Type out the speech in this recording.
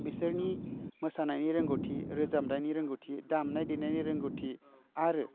बेसोरनि मोसानायनि रोंगौथि रोजाबनायनि रोंगौथि दामनाय देनायनि रोंगौथि आरो